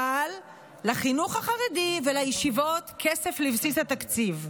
אבל לחינוך החרדי ולישיבות, כסף לבסיס התקציב.